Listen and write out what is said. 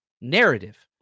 narrative